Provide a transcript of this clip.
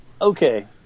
Okay